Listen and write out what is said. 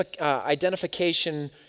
identification